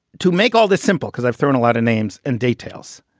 to make all this simple, because i've thrown a lot of names and details,